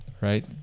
right